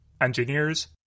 engineers